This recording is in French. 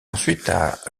ensuite